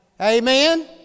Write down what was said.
Amen